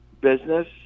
business